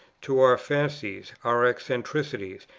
to our fancies, our eccentricities,